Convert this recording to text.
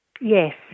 Yes